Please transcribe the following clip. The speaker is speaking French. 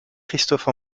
christophe